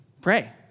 Pray